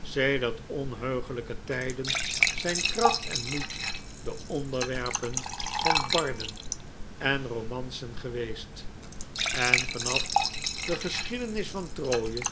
sedert onheugelijke tijden zijn kracht en moed de onderwerpen van harden en romancen geweest en vanaf de geschiedenis van troje